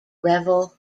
revel